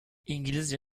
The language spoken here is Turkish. i̇ngilizce